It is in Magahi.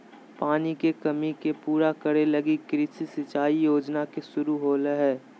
पानी के कमी के पूरा करे लगी कृषि सिंचाई योजना के शुरू होलय हइ